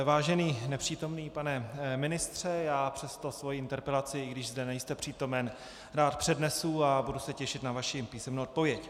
Vážený nepřítomný pane ministře, já přesto svou interpelaci, i když zde nejste přítomen, rád přednesu a budu se těšit na vaši písemnou odpověď.